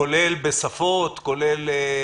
כולל בשפות שונות?